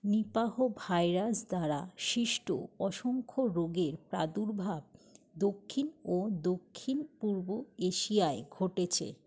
Nipa virus দ্বারা সৃষ্ট অসংখ্য রোগের প্রাদুর্ভাব দক্ষিণ ও দক্ষিণ পূর্ব এশিয়ায় ঘটেছে